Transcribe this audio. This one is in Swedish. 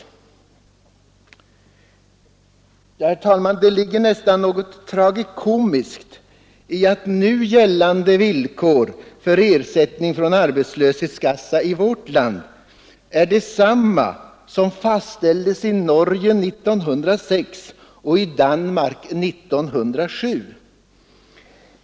Herr talman! Det ligger nästan något tragikomiskt i att nu gällande villkor för ersättning från arbetslöshetskassor i vårt land är desamma som fastställdes i Norge redan 1906 och i Danmark 1907.